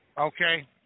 Okay